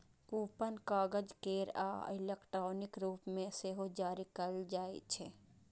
coupon कागज केर आ इलेक्ट्रॉनिक रूप मे सेहो जारी कैल जाइ छै